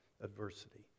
adversity